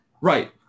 Right